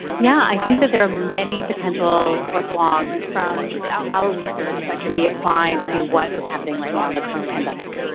yeah i think there are many potential orthologs from our research that can be applied to what is happening right now in the current pandemic.